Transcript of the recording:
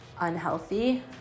unhealthy